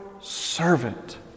servant